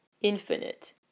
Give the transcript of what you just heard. infinite